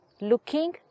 looking